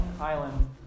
island